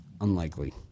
Unlikely